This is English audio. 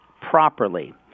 properly